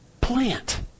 plant